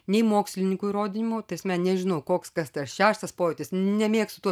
nei mokslininkų įrodymų ta prasme nežinau koks kas tas šeštas pojūtis nemėgstu